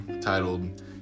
titled